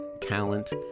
talent